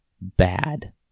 bad